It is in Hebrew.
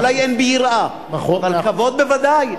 אולי אין בי יראה, אבל כבוד בוודאי.